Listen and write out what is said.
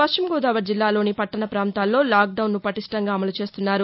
పశ్చిమగోదావరి జిల్లాలోని పట్లణ పాంతాల్లో లాక్డౌన్ను పటిష్ణంగా అమలు చేస్తున్నారు